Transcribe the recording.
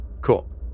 Cool